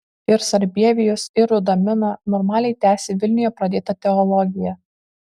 ir sarbievijus ir rudamina normaliai tęsė vilniuje pradėtą teologiją